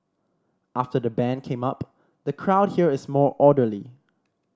after the ban came up the crowd here is more orderly